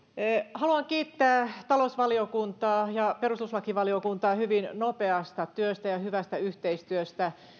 haluan kiittää talousvaliokuntaa ja perustuslakivaliokuntaa hyvin nopeasta työstä ja hyvästä yhteistyöstä